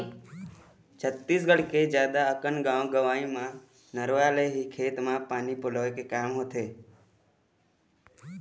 छत्तीसगढ़ के जादा अकन गाँव गंवई म नरूवा ले ही खेत म पानी पलोय के काम होथे